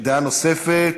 דעה נוספת,